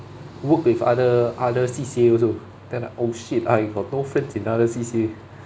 work with other other C_C_A also then oh shit I got no friends in other C_C_A